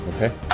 Okay